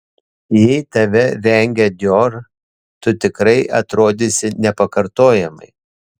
jei tave rengia dior tu tikrai atrodysi nepakartojamai